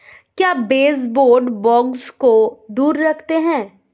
क्या baseboard bugs को दूर रखते हैं?